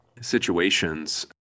situations